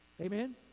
amen